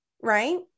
right